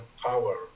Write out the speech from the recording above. power